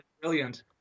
brilliant